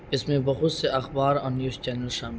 اس میں بہت سے اخبار اور نیوز چینل شامل ہیں